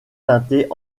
teintées